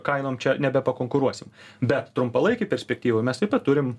kainom čia nebe pakonkuruosim bet trumpalaikėj perspektyvoj mes taip pat turim